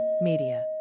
Media